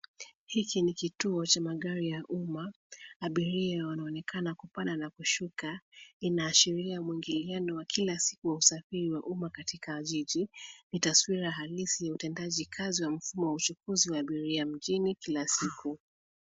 Hiki ni kituo cha magari ya umma. Abiria wanaonekana kupanda na kushuka. Inaashiria mwingiliano wa kila siku wa usafiri wa umma katika jiji. Ni taswira halisi ya utendaji kazi wa mfumo wa uchukuzi wa abiria mjini, kila siku.